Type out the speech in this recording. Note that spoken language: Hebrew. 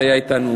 שהיה אתנו,